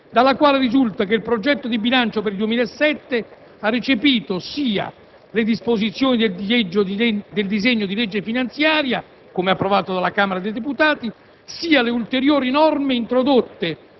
di variazione trasmessa dalla Camera dei deputati, dalla quale risulta che il progetto di bilancio per il 2007 ha recepito sia le disposizioni del disegno di legge finanziaria come approvato dalla Camera dei deputati,